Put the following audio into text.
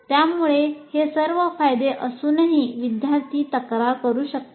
त्यामुळे हे सर्व फायदे असूनही विद्यार्थी तक्रार करू शकतात